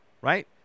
right